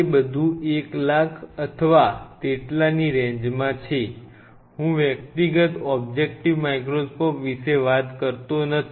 તે બધું એક લાખ અથવા તેટલાની રેન્જમાં છે હું વ્યક્તિગત ઓબ્જેક્ટીવ માઇક્રોસ્કોપ વિશે વાત કરતો નથી